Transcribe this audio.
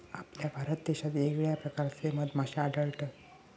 आपल्या भारत देशात येगयेगळ्या प्रकारचे मधमाश्ये आढळतत